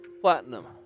platinum